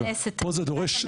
פה זה דורש,